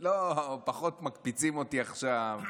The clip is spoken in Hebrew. פחות מקפיצים אותי עכשיו,